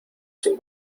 sin